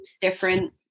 Different